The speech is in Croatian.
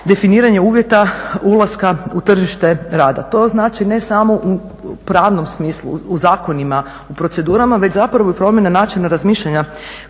definiranje uvjeta ulaska u tržište rada. To znači ne samo u pravnom smislu u zakonima u procedurama već promjena načina razmišljanja